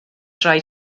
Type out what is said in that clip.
rhaid